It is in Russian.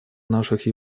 наших